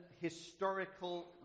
historical